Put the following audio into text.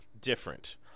different